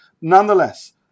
Nonetheless